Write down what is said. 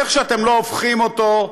איך שאתם לא הופכים את זה,